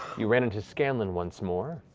you ran into scanlan once more,